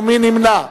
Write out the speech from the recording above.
ומי נמנע.